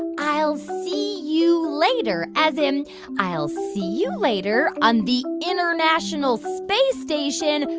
i'll see you later, as in i'll see you later on the international space station.